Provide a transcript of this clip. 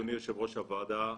אדוני יושב-ראש הוועדה,